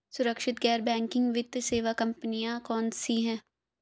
सुरक्षित गैर बैंकिंग वित्त सेवा कंपनियां कौनसी हैं?